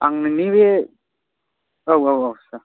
आं नोंनि बे औ औ औ सार